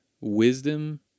wisdom